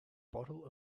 bottle